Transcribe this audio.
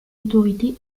autorités